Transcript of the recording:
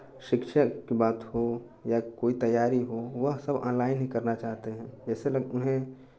शिक्षा की बात हो या कोई तैयारी हो वह सब ऑनलाइन ही करना चाहते हैं जैसे उन्हें